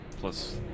plus